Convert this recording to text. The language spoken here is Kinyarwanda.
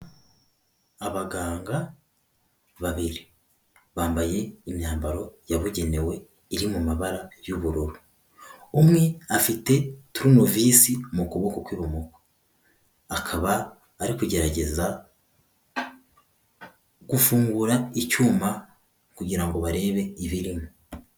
Abaganga babiri. Bambaye imyambaro yabugenewe iri mu mabara y'ubururu. Umwe afite turunovisi mu kuboko kw'ibumoso. Akaba ari kugerageza gufungura icyuma, kugira ngo barebe ibirimo.